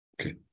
Okay